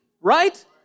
right